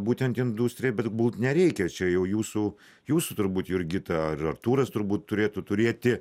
būtent industriją bet būt nereikia čia jau jūsų jūsų turbūt jurgita ir artūras turbūt turėtų turėti